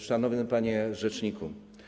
Szanowny Panie Rzeczniku!